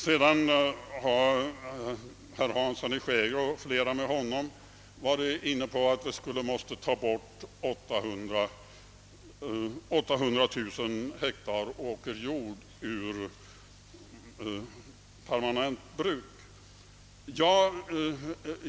Herr Hansson i Skegrie och flera talare med honom har också talat om att vi måste ta bort 800000 hektar åkerjord ur permanent drift.